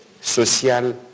social